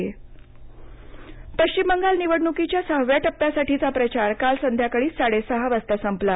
पश्चिम बंगाल निवडणूक पश्चिम बंगाल निवडणुकीच्या सहाव्या टप्प्यासाठीचा प्रचार काल संध्याकाळी साडे सहा वाजता संपला